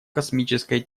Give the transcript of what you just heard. космической